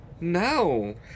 No